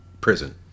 prison